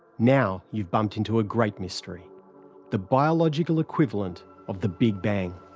now you've bumped into a great mystery the biological equivalent of the big bang.